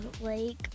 lake